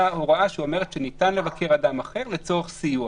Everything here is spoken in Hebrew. הוראה שאומרת שניתן לבקר אדם אחר לצורך סיוע